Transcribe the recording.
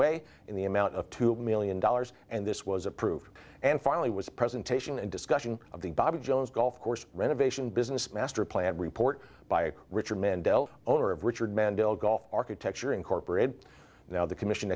way in the amount of two million dollars and this was approved and finally was presentation and discussion of the bobby jones golf course renovation business master plan a report by richard mendell owner of richard mandel golf architecture incorporated now the commission